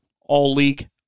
all-league